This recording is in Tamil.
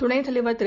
துணைத் தலைவர் திரு